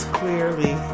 clearly